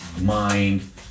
mind